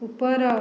ଉପର